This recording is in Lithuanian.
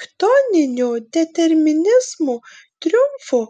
chtoninio determinizmo triumfo